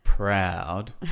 Proud